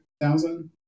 thousand